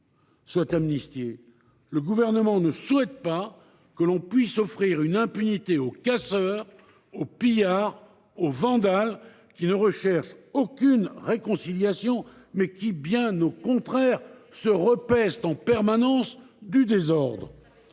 soient amnistiées. Le Gouvernement ne souhaite pas que l’on puisse offrir une impunité aux casseurs, aux pillards, aux vandales, qui ne recherchent aucune réconciliation, mais qui, bien au contraire, se repaissent en permanence du désordre.